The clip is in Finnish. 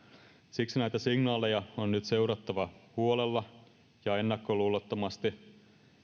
siksi näitä signaaleja on nyt seurattava huolella ja ennakkoluulottomasti